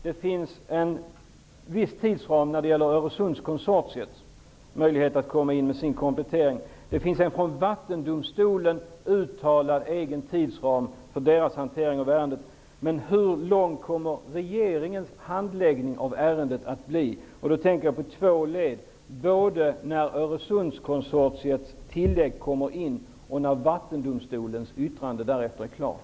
Det finns en viss tidsram när det gäller Öresundskonsortiets möjlighet att komma in med sin komplettering. Det finns en från Vattendomstolen uttalad egen tidsram för dess hantering av ärendet. Men hur lång kommer regeringens handläggning av ärendet att bli? Jag tänker på två led, när Öresundskonsortiets tillägg kommer in och när Vattendomstolens yttrande därefter är klart.